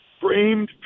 framed